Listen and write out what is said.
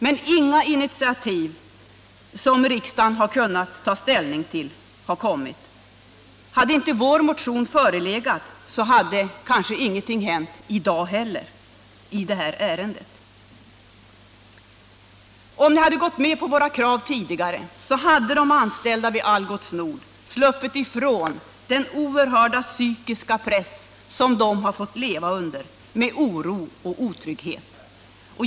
Men inga initiativ har kommit som riksdagen har kunnat ta ställning till. Hade inte vår motion förelegat, så hade kanske ingenting hänt i dag heller i det här ärendet. Om ni hade gått med på våra krav tidigare, så hade de anställda på Algots Nord sluppit ifrån den oerhörda psykiska press som de har fått leva under, med oro och otrygghet.